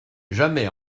jamais